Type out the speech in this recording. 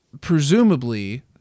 presumably